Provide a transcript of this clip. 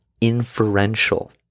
inferential